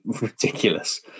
ridiculous